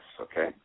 Okay